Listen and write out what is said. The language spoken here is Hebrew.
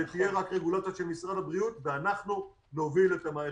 שתהיה רק רגולציה של משרד הבריאות ואנחנו נוביל את המערכת.